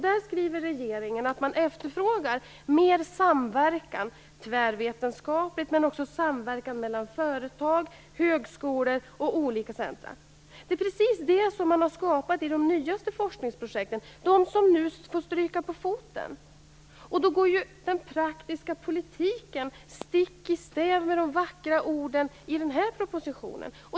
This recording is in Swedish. Där skriver regeringen att man efterfrågar mer samverkan - tvärvetenskaplig samverkan, men också samverkan mellan företag, högskolor och olika utbildningscentrum. Det är precis det man har skapat i de nyaste forskningsprojekten, de som nu får stryka på foten. Då går ju den praktiska politiken stick i stäv med de vackra orden i den här propositionen.